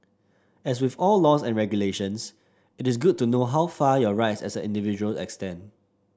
as with all laws and regulations it is good to know how far your rights as individuals extend